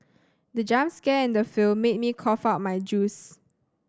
the jump scare in the film made me cough out my juice